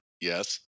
Yes